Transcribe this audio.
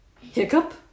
Hiccup